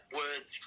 words